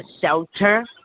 shelter